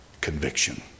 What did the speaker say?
conviction